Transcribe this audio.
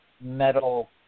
metal